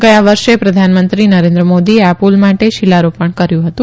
ગયા વર્ષે પ્રધાનમંત્રી નરેન્દ્ર મોદીએ આ પુલ માટે શીલારો ણ કર્યુ હતું